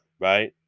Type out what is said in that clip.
Right